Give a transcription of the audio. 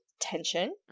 tension